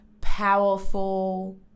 powerful